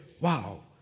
wow